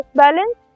balance